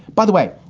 by the way,